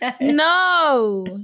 no